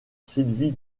sylvie